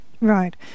Right